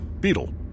Beetle